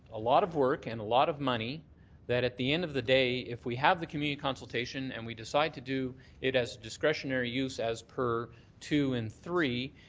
a lot of work and a lot of money that at the end of the day, if we have the community consultation and we decide to do it as discretionary use as per two and three,